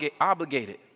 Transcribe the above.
obligated